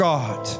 God